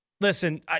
Listen